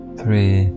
three